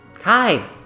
Hi